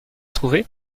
trouver